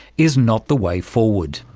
is not the way forward.